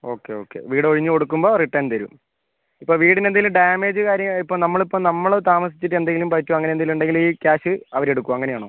okay okay വീട് ഒഴിഞ്ഞ് കൊടുക്കുമ്പം റിട്ടേൺ തരും ഇപ്പം വീടിന് എന്തെങ്കിലും ഡാമേജ് കാര്യം ഇപ്പം നമ്മൾ ഇപ്പം നമ്മൾ താമസിച്ചിട്ട് എന്തെങ്കിലും പറ്റുവോ അങ്ങനെ എന്തെങ്കിലും ഉണ്ടെങ്കിൽ ഈ ക്യാഷ് അവർ എടുക്കും അങ്ങനെ ആണോ